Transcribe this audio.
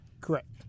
Correct